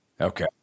Okay